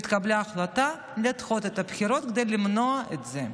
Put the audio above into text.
והתקבלה החלטה לדחות את הבחירות כדי למנוע את זה".